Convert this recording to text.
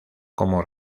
como